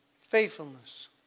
Faithfulness